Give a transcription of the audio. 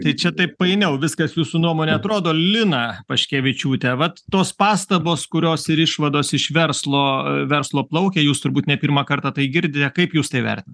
tai čia taip painiau viskas jūsų nuomone atrodo lina paškevičiūte vat tos pastabos kurios ir išvados iš verslo verslo plaukia jūs turbūt ne pirmą kartą tai girdite kaip jūs tai vertinat